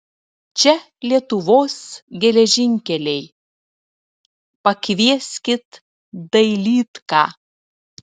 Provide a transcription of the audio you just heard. čia lietuvos geležinkeliai pakvieskit dailydką